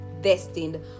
destined